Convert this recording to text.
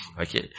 Okay